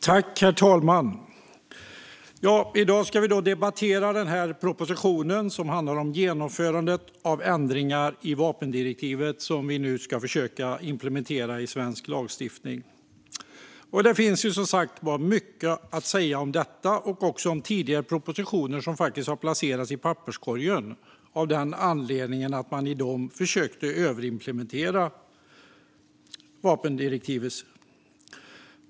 Herr talman! I dag debatterar vi en proposition som handlar om de ändringar i vapendirektivet som vi nu ska försöka implementera i svensk lagstiftning. Det finns som sagt mycket att säga om detta och även om tidigare propositioner, som faktiskt placerats i papperskorgen av den anledningen att man i dem försökte överimplementera vapendirektivet.